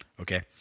Okay